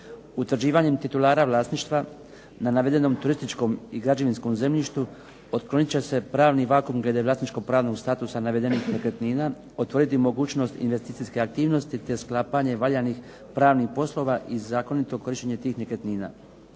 Utvrđivanjem titulara vlasništva na navedenom turističkom i građevinskom zemljištu otkloniti će se pravni vakuum glede vlasničko pravnog statusa navedenih nekretnina, utvrditi mogućnost investicijske aktivnosti te sklapanje valjanih pravnih poslova i zakonito korištenje tih nekretnina.